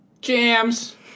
Jams